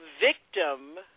victim